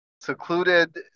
secluded